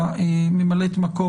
ממלאת המקום,